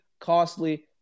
costly